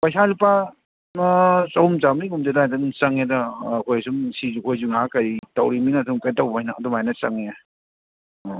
ꯄꯩꯁꯥ ꯂꯨꯄꯥ ꯆꯍꯨꯝ ꯆꯥꯃꯔꯤꯒꯨꯝꯕꯗꯤ ꯑꯗꯥꯏꯗ ꯑꯗꯨꯝ ꯆꯪꯉꯦꯗ ꯑꯩꯈꯣꯏ ꯁꯨꯝ ꯁꯤ ꯉꯥꯏꯍꯥꯛ ꯀꯔꯤ ꯇꯧꯔꯤꯃꯤꯅ ꯁꯨꯝ ꯀꯩꯅꯣ ꯇꯧꯕ ꯑꯣꯏꯅ ꯑꯗꯨꯃꯥꯏꯅ ꯆꯪꯉꯤ ꯑꯥ